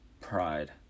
pride